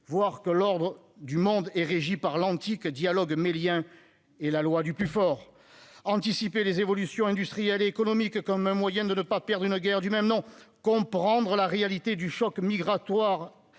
voir que l'ordre du monde est régi par l'antique dialogue des Méliens et la loi du plus fort ; anticiper les évolutions industrielles et économiques, comme un moyen de ne pas perdre une guerre du même nom ; comprendre la réalité du choc migratoire